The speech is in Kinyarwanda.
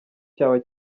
cyaba